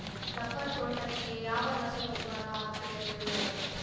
Rubber ತೋಟಕ್ಕೆ ಯಾವ ರಸಗೊಬ್ಬರ ಹಾಕಿದರೆ ಒಳ್ಳೆಯದು?